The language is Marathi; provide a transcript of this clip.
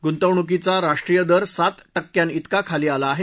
गुंतवणूकीचा राष्ट्रीय दर सात टक्क्यांइतका खाली आला आहे